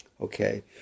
okay